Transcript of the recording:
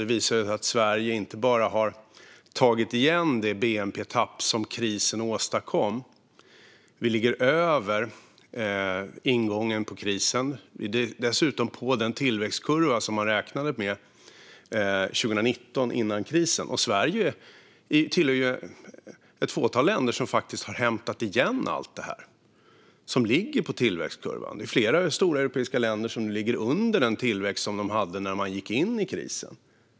Det visade sig att Sverige inte bara har tagit igen det bnp-tapp som krisen orsakade, utan Sverige ligger också över ingången på krisen på den tillväxtkurva som man räknade med 2019, före krisen. Sverige tillhör det fåtal länder som faktiskt har hämtat igen allt det här och som ligger på tillväxtkurvan. Flera stora europeiska länder ligger under den tillväxt de hade när de gick in i krisen.